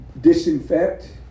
disinfect